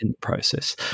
process